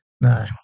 no